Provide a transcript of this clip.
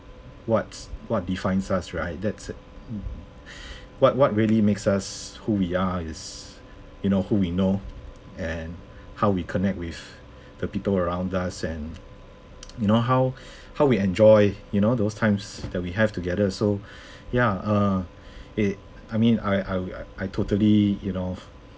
what's what defines us right that's it what what really makes us who we are is you know who we know and how we connect with the people around us and you know how how we enjoy you know those times that we have together so ya uh it I mean I I wi~ I totally you know